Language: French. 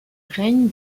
règne